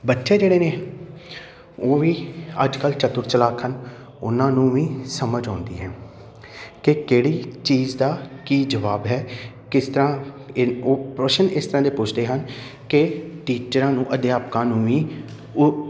ਬੱਚੇ ਜਿਹੜੇ ਨੇ ਉਹ ਵੀ ਅੱਜ ਕੱਲ੍ਹ ਚਤੁਰ ਚਲਾਕ ਹਨ ਉਹਨਾਂ ਨੂੰ ਵੀ ਸਮਝ ਆਉਂਦੀ ਹੈ ਕਿ ਕਿਹੜੀ ਚੀਜ਼ ਦਾ ਕੀ ਜਵਾਬ ਹੈ ਕਿਸ ਤਰ੍ਹਾਂ ਹੈ ਉਹ ਪ੍ਰਸ਼ਨ ਇਸ ਤਰ੍ਹਾਂ ਦੇ ਪੁੱਛਦੇ ਹਨ ਕਿ ਟੀਚਰਾਂ ਨੂੰ ਅਧਿਆਪਕਾਂ ਨੂੰ ਵੀ ਉਹ